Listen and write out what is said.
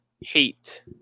hate